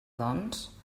doncs